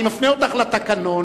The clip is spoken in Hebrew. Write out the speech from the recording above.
אני מפנה אותך לתקנון.